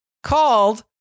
called